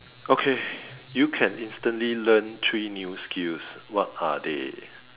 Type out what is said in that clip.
okay you can instantly learn three new skills what are they